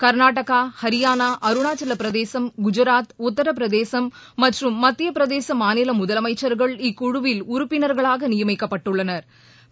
கா்நாடகா ஹரியானா அருணாச்சல பிரதேசம் குஜாத் உத்திரபிரதேசம் மற்றும் மத்திய பிரதேச மாநில முதலமைச்சா்கள் இக்குழுவில் உறுப்பினா்களாக நியமிக்கப்பட்டுள்ளனா்